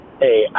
Hey